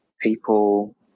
people